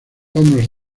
vámonos